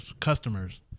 customers